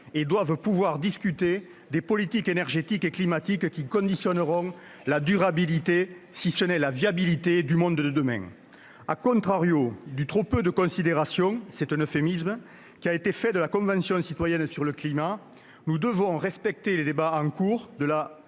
et doivent pouvoir discuter des politiques énergétiques comme climatiques qui conditionneront la durabilité, si ce n'est la viabilité, du monde de demain. du trop peu de considération- c'est un euphémisme -accordée à la Convention citoyenne pour le climat, nous devons respecter les débats en cours,